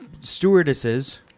stewardesses